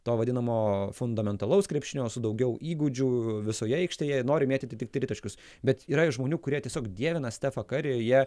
to vadinamo fundamentalaus krepšinio su daugiau įgūdžių visoje aikštėje jie nori mėtyti tik tritaškius bet yra ir žmonių kurie tiesiog dievina stefą karį jie